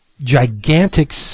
...gigantic